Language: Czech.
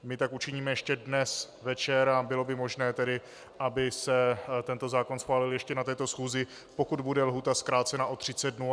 My tak učiníme ještě dnes večer, a bylo by tedy možné, aby se tento zákon schválil ještě na této schůzi, pokud bude lhůta zkrácena o 30 dnů.